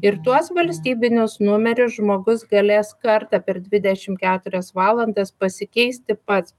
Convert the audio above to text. ir tuos valstybinius numerius žmogus galės kartą per dvidešimt keturias valandas pasikeisti pats